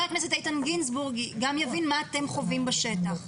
הכנסת איתן גינזבורג גם יבין מה אתם חווים בשטח.